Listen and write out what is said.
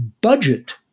budget